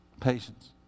Patience